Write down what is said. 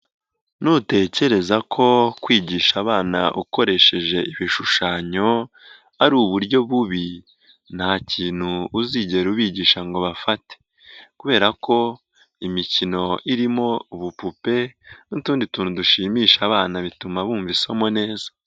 Nutekereza ko kwigisha abana ukoresheje ibishushanyo ari uburyo bubi nta kintu uzigera ubigisha ngo bafate kubera ko imikino irimo ubupupe n'utundi tuntu dushimisha abana bituma bumva isomo neza.